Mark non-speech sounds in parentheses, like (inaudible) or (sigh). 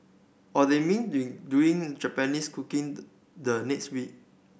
or they may (unintelligible) doing Japanese cooking (unintelligible) the next week